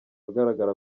agaragara